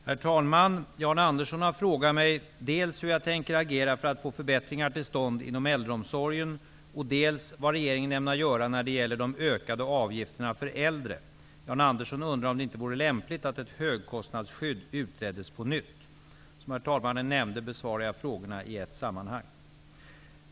Herr talman! Jan Andersson har frågat mig dels hur jag tänker agera för att få förbättringar till stånd inom äldreomsorgen, dels vad regeringen ämnar göra när det gäller de ökade avgifterna för äldre. Jan Andersson undrar om det inte vore lämpligt att ett högkostnadsskydd utreddes på nytt. Som herr talmannen nämnde besvarar jag frågorna i ett sammanhang.